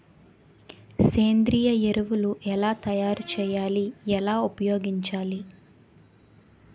సేంద్రీయ ఎరువులు ఎలా తయారు చేయాలి? ఎలా ఉపయోగించాలీ?